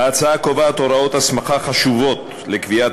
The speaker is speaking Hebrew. ההצעה קובעת הוראות הסמכה חשובות לקביעת